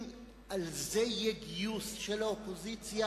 אם על זה יהיה גיוס של האופוזיציה,